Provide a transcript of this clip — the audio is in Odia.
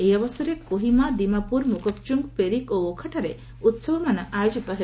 ଏହି ଅବସରରେ କୋହିମା ଦିମାପୁର ମୋକକଚୁଙ୍ଗ ପେରିକ୍ ଓ ଓଖା ଠାରେ ଉତ୍ସବମାନ ଆୟୋଜିତ ହେବ